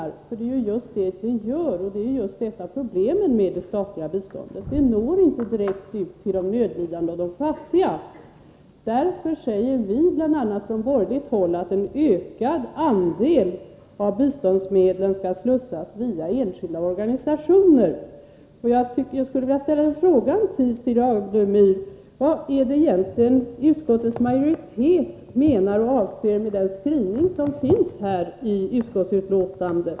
Det är just detta det gör, och det är just det som är problemet med det statliga biståndet. Det når inte direkt ut till de nödlidande och de fattiga. Därför säger vi bl.a. från borgerligt håll att en ökad andel av biståndsmedlen skall slussas via enskilda organisationer. Jag skulle vilja ställa en fråga till Stig Alemyr. Vad är det egentligen som utskottets majoritet menar i sin skrivning i betänkandet?